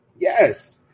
Yes